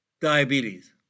diabetes